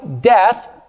death